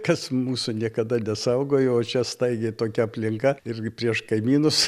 kas mūsų niekada nesaugojo o čia staigiai tokia aplinka irgi prieš kaimynus